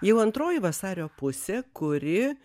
jau antroji vasario pusė kuri